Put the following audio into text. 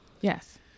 Yes